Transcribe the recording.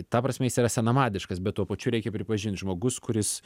ta prasme jis yra senamadiškas bet tuo pačiu reikia pripažint žmogus kuris